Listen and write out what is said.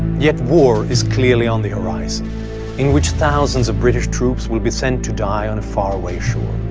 yet war is clearly on the horizon in which thousands of british troops will be sent to die on a faraway shore.